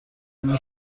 اینا